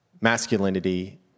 masculinity